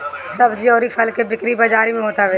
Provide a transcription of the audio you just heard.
सब्जी अउरी फल के बिक्री बाजारी में होत हवे